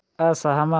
असहमत